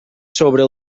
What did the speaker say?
sobre